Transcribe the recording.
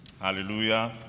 Hallelujah